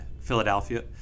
Philadelphia